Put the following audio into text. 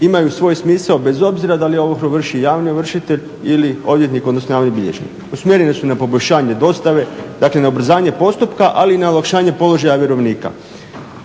imaju svoj smisao bez obzira da li ovrhu vrši javni ovršitelj ili odvjetnik odnosno javni bilježnik. Usmjerene su na poboljšanje dostave dakle na ubrzanje postupka ali i na olakšanje položaja vjerovnika